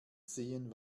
sehen